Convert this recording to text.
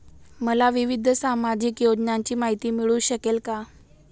मला विविध सामाजिक योजनांची माहिती मिळू शकेल का?